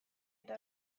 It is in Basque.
eta